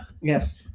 Yes